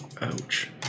Ouch